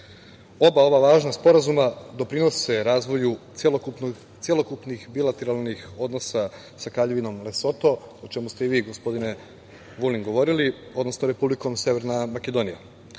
ova važna sporazuma doprinose razvoju celokupnih bilateralnih odnosa sa Kraljevinom Lesoto, o čemu ste i vi, gospodine Vulin, govorili, odnosno Republikom Severnom